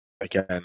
again